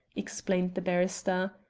explained the barrister.